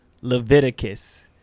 Leviticus